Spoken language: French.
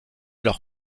leur